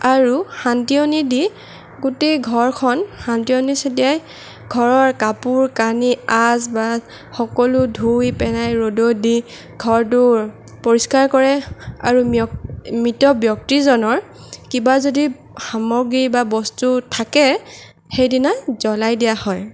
আৰু শান্তিয়নী দি গোটেই ঘৰখন শান্তিয়নী চেতিয়াই ঘৰৰ কাপোৰ কানি আচ বাব সকলো ধুই পেলাই ৰ'দত দি ঘৰটোৰ পৰিষ্কাৰ কৰে আৰু মৃয়ক মৃত ব্যক্তিজনৰ কিবা যদি সামগ্ৰী বা বস্তু থাকে সেইদিনা জ্বলাই দিয়া হয়